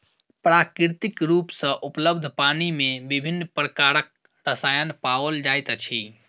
प्राकृतिक रूप सॅ उपलब्ध पानि मे विभिन्न प्रकारक रसायन पाओल जाइत अछि